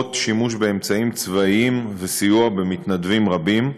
לרבות שימוש באמצעים צבאיים וסיוע של מתנדבים רבים,